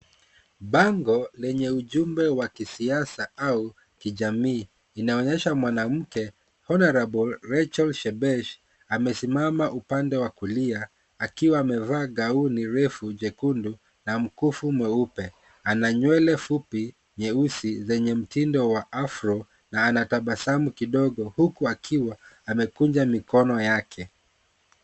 Bango lenye ujumbe wa kisiasa au kijamii inaonyesha mwanamke Hon. Rachel Shebesh amesimama upande wa kulia akiwa amevaa gauni refu jekundu na mkufu mweupe. Ana nywele fupi nyeusi zenye mtindo wa Afro na anatabasamu kidogo huku akiwa amekunja mikono yake.